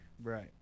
Right